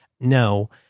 No